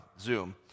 Zoom